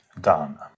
done